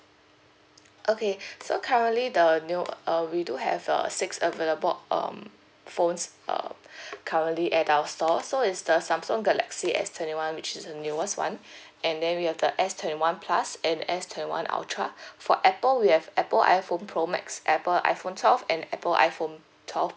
okay so currently the new uh we do have uh six available um phones uh currently at our store so is the Samsung galaxy S twenty one which is the newest one and then we have the S twenty one plus and S twenty one ultra for apple we have apple iphone pro max Apple iPhone twelve and Apple iPhone twelve